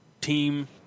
team